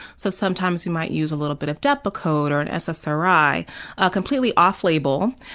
so sometimes we might use a little bit of depakote or an ssri completely off label,